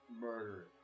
Murder